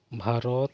Bharat